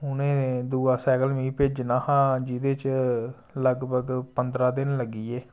उ'नें दूआ सैकल मिगी भेजना हा जिह्दे च लगभग पंदरां दिन लग्गी गे